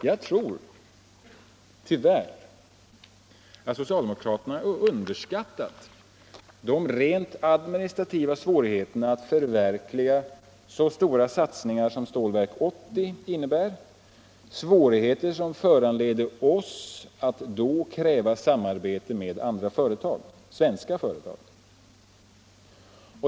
Jag tror tyvärr att socialdemokraterna underskattat de rent administrativa svårigheterna att förverkliga så stora satsningar som Stålverk 80 innebär — svårigheter som föranledde oss att kräva samarbete med andra företag, svenska företag.